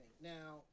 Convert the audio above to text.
Now